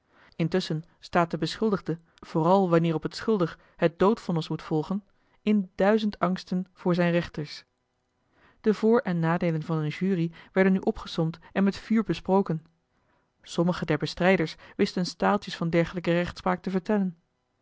intusschen staat de beschuldigde vooral wanneer op t schuldig het doodvonnis moet volgen in duizend angsten voor zijne rechters de voor en nadeelen van eene jury werden nu opgesomd en met vuur besproken sommige der bestrijders wisten staaltjes van dergelijke rechtspraak te vertellen